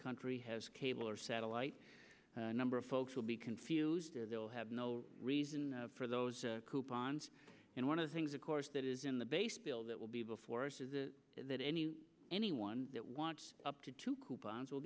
country has cable or satellite a number of folks will be confused they will have no reason for those coupons and one of the things of course that is in the base bill that will be before us is that any anyone that wants up to two coupons w